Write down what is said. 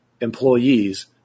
employees